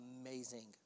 amazing